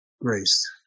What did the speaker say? grace